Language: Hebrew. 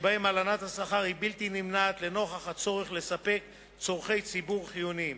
שבהן הלנת השכר היא בלתי נמנעת לנוכח הצורך לספק צורכי ציבור חיוניים.